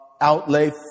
outlay